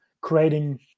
creating